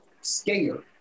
Scared